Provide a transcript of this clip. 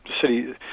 city